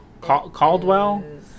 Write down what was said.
Caldwell